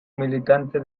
militante